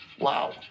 Wow